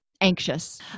anxious